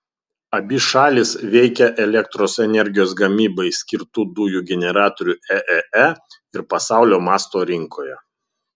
abi šalys veikia elektros energijos gamybai skirtų dujų generatorių eee ir pasaulio masto rinkoje